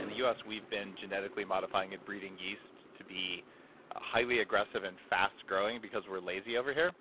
in the us we've been genetically modifying and breeding yeast to be highly aggressive and fast growing because we're lazy over here.